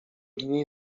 dni